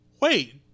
wait